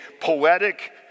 poetic